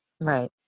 Right